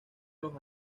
los